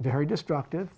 very destructive